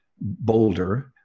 Boulder